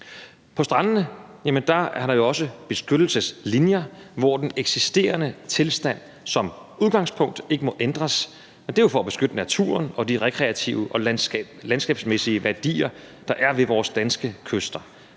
På strandene er der jo også beskyttelseslinjer, hvortil den eksisterende tilstand som udgangspunkt ikke må ændres. Det er jo for at beskytte naturen og de rekreative og landskabsmæssige værdier, der er ved vores danske kyster.